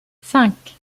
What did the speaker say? cinq